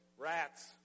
rats